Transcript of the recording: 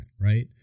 right